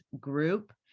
group